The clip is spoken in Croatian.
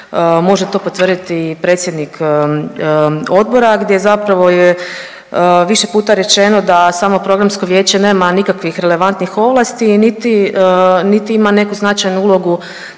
Može to potvrditi i predsjednik Odbora gdje zapravo je više puta rečeno da samo programsko vijeće nema nikakvih relevantnih ovlasti niti ima neku značajnu ulogu